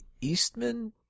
Eastman